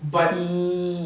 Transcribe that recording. but